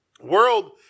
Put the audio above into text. world